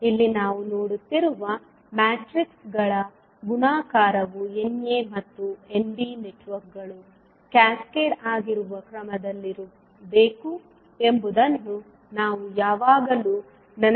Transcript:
ಇಲ್ಲಿ ನಾವು ನೋಡುತ್ತಿರುವ ಮ್ಯಾಟ್ರಿಕ್ಸ್ಗಳ ಗುಣಾಕಾರವು Na ಮತ್ತು Nb ನೆಟ್ವರ್ಕ್ಗಳು ಕ್ಯಾಸ್ಕೇಡ್ ಆಗಿರುವ ಕ್ರಮದಲ್ಲಿರಬೇಕು ಎಂಬುದನ್ನು ನಾವು ಯಾವಾಗಲೂ ನೆನಪಿನಲ್ಲಿಡಬೇಕು